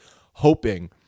hoping